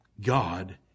God